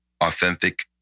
authentic